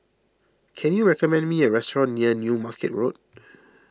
can you recommend me a restaurant near New Market Road